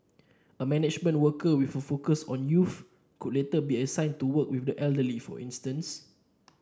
a management worker with a focus on youth could later be assigned to work with the elderly for instance